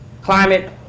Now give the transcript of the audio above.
climate